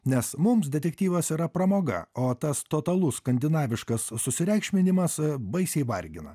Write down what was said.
nes mums detektyvas yra pramoga o tas totalus skandinaviškas susireikšminimas baisiai vargina